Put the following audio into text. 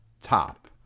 top